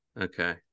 Okay